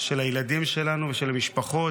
של הילדים שלנו ושל המשפחות,